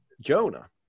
Jonah